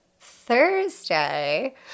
Thursday